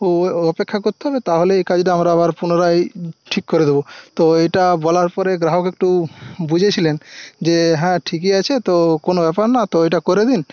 অপেক্ষা করতে হবে তাহলে এই কাজটা আমরা আবার পুনরায় ঠিক করে দেব তো এইটা বলার পরে গ্রাহক একটু বুঝেছিলেন যে হ্যাঁ ঠিকই আছে তো কোনো ব্যাপার না তো এইটা করে দিন